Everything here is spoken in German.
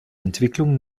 entwicklung